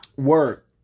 work